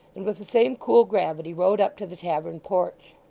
and with the same cool gravity rode up to the tavern porch.